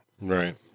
Right